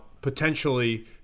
potentially